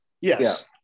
Yes